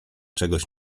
czegoś